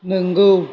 नोंगौ